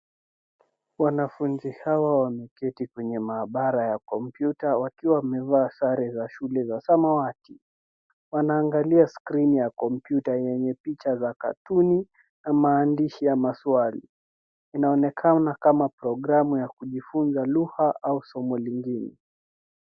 Wanafunzi hawa wameketi kwenye maabara, ya komputa wakiwa wamevaa sare za shule za samawati. Wanaangalia skrini ya komputa yenye picha za katuni na maandishi ya maswali. Inaonekana kama programu ya kujifunza lugha au somo lingine .